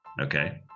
Okay